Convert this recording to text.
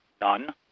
none